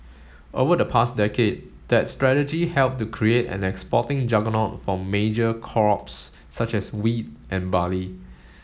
over the past decade that strategy helped to create an exporting juggernaut for major crops such as wheat and barley